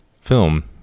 film